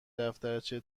دفترچه